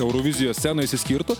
eurovizijos scenoj išsiskirtų